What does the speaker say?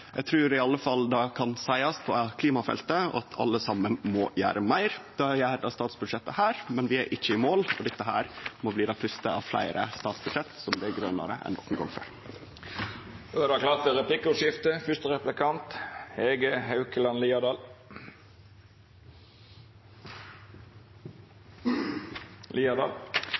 Eg trur i alle fall ein kan seie det på klimafeltet – at alle saman må gjere meir. Det gjer dette statsbudsjettet, men vi er ikkje i mål, og dette må bli det fyrste av fleire statsbudsjett som blir grønare enn nokon gong før. Det vert replikkordskifte. Det